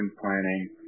planning